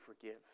forgive